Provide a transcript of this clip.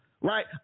Right